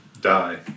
die